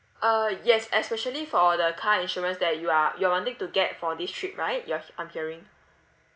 uh yes especially for the car insurance that you are you are wanting to get for this trip right you are he~ I'm hearing